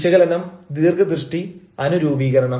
വിശകലനം ദീർഘദൃഷ്ടി അനുരൂപീകരണം